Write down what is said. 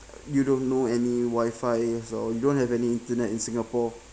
you don't know any wifi or you don't have any internet in singapore